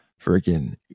freaking